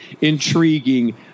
intriguing